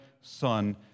son